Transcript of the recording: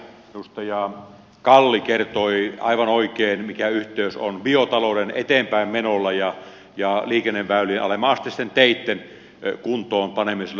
edustaja kalli kertoi aivan oikein mikä yhteys on biotalouden eteenpäinmenolla ja liikenneväylien alemmanasteisten teitten kuntoon panemisella